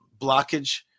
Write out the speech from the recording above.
blockage